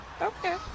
Okay